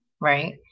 right